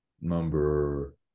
Number